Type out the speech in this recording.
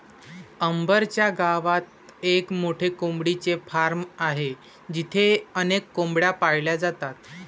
अंबर च्या गावात एक मोठे कोंबडीचे फार्म आहे जिथे अनेक कोंबड्या पाळल्या जातात